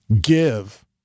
give